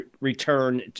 return